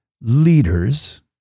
leaders